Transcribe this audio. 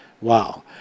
Wow